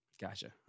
Gotcha